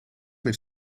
met